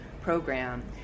program